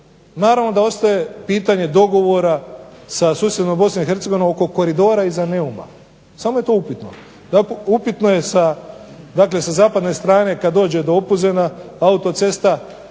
Naravno da ostaje pitanje dogovora sa susjednom BiH oko koridora iza Neuma. Samo je to upitno. Upitno je sa, dakle sa zapadne strane kad dođe do Opuzena autocesta